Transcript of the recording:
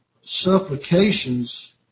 supplications